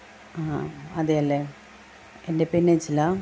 അ അതെയല്ലെ എൻ്റെ പേ നജ്ല